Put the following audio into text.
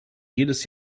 jedes